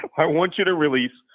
i want you to release,